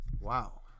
wow